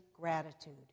gratitude